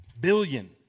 Billion